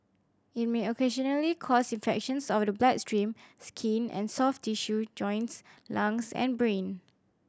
it may occasionally cause infections of the bloodstream skin and soft tissue joints lungs and brain